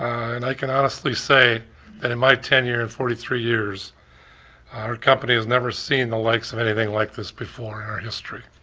and i can honestly say and in my tenure in forty three years our company has never seen the likes of anything like this before in our history.